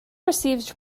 received